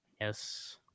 Yes